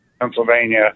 Pennsylvania